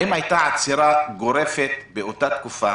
האם הייתה עצירה גורפת באותה תקופה